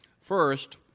First